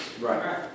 Right